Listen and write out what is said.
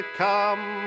come